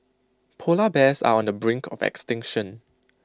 Polar Bears are on the brink of extinction